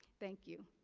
thank you